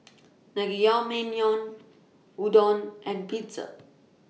Naengmyeon Udon and Pizza